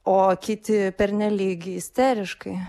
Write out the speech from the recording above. o kiti pernelyg isteriškai